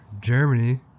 Germany